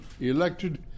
elected